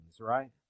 right